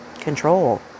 control